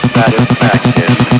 Satisfaction